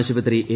ആശുപത്രി എ